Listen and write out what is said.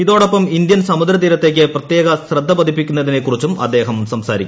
ഇതോടൊപ്പം ഇന്ത്യൻ സമുദ്രതീരത്തേക്ക് പ്രത്യേക ശ്രദ്ധപതിപ്പിക്കുന്നതിനെ കുറിച്ചും ആദ്ദേഹം സംസാരിക്കും